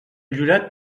jurat